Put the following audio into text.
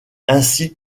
ainsi